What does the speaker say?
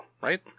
right